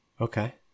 Okay